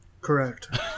Correct